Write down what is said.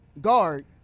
guard